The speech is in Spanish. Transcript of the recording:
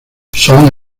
son